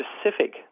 specific